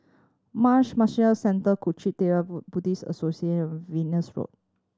Marsh Centre Kuang Chee Tng Buddhist Associate Venus Road